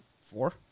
Four